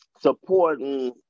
supporting